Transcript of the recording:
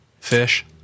fish